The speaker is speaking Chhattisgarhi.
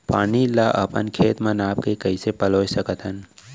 पानी ला अपन खेत म नाप के कइसे पलोय सकथन?